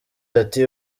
ati